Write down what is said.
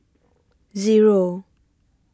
Zero